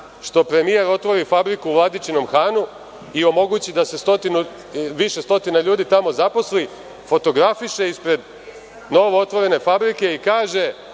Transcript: što premijer otvori fabriku u Vladičinom Hanu i omogući da se više stotina ljudi tamo zaposli, fotografiše ispred novootvorene fabrike i kaže